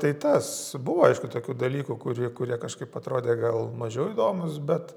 tai tas buvo aišku tokių dalykų kuri kurie kažkaip atrodė gal mažiau įdomūs bet